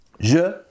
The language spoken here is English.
Je